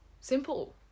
Simple